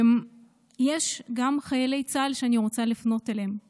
אני רוצה לפנות גם לחיילי צה"ל.